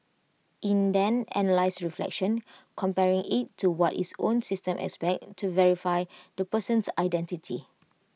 in then analyses reflection comparing IT to what its own system expects to verify the person's identity